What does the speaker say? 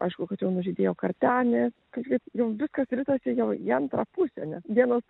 aišku kad jau nužydėjo kartenė kažkaip jau viskas ritasi jau į antrą pusę nes vienas